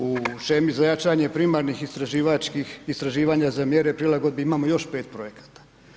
U šemi za jačanje primarnih istraživačkih, istraživanja za mjere prilagodbi imamo još 5 projekata.